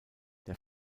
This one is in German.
der